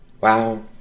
Wow